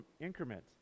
increments